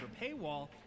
paywall